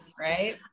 Right